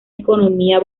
economía